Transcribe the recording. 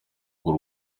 bw’u